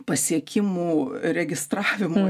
pasiekimų registravimo